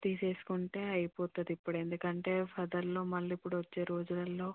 తీసుకుంటే అయిపోతుంది ఇప్పుడే ఎందుకంటే ఫర్ధర్లో మళ్ళీ ఇప్పుడు వచ్చే రోజులలో